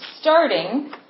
starting